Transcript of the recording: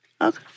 Okay